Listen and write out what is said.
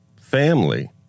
family